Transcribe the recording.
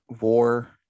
war